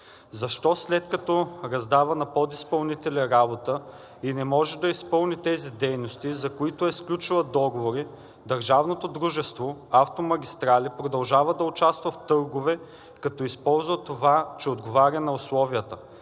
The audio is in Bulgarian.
защо, след като раздава на подизпълнителя работа и не може да изпълни тези дейности, за които е сключило договори, държавното дружество „Автомагистрали“ ЕАД продължава да участва в търгове, като използва това, че отговаря на условията,